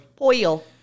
Oil